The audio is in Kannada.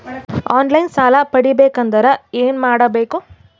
ಆನ್ ಲೈನ್ ಸಾಲ ಪಡಿಬೇಕಂದರ ಏನಮಾಡಬೇಕು?